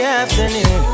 afternoon